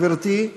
גברתי,